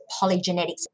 polygenetics